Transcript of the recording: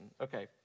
Okay